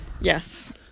Yes